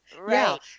Right